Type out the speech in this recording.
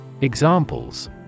Examples